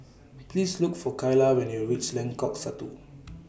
Please Look For Kyla when YOU REACH Lengkok Satu